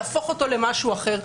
להפוך אותו למשהו אחר.